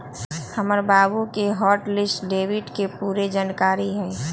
हमर बाबु के हॉट लिस्ट डेबिट के पूरे जनकारी हइ